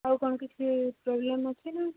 ଆଉ କ'ଣ କିଛି ପ୍ରୋବ୍ଲେମ୍ ଅଛି ନା